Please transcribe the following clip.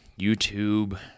YouTube